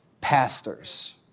pastors